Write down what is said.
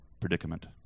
predicament